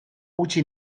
utzi